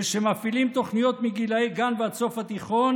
ושמפעילים תוכניות מגילאי גן ועד סוף התיכון